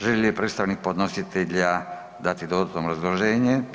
Želi li predstavnik podnositelja dati dodatno obrazloženje?